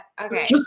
Okay